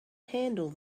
handle